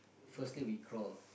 first thing we crawl